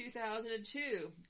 2002